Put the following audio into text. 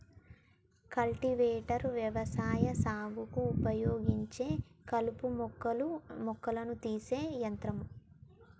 cultivator వ్యవసాయ సాగుకు ఉపయోగించే కలుపు మొక్కలను తీసేటి యంత్రం